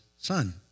son